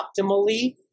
optimally